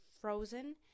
frozen